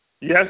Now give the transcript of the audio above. Yes